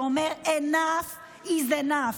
שאומר: enough is enough.